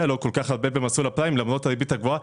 לציבור את מסלול הפריים למרות הריבית הגבוהה,